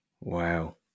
Wow